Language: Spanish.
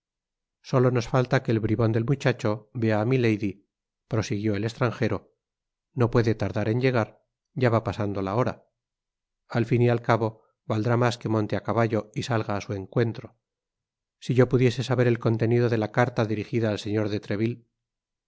solo nos falta que el bribon del muchacho vea á milady prosiguió el estranjero no puede tardar en llegar ya va pasando la hora al fin y al cabo valdrá mas que monte á caballo y salga á su encuentro si yo pudiese saber el contenido de la carta dirigida al señor de treville